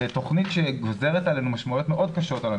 זה תוכנית שגוזרת עלינו משמעויות קשות מאוד.